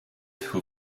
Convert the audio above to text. who